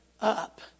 up